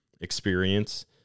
experience